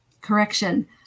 Correction